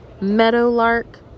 meadowlark